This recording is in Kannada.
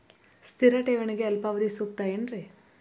ಸ್ಥಿರ ಠೇವಣಿಗೆ ಅಲ್ಪಾವಧಿ ಸೂಕ್ತ ಏನ್ರಿ?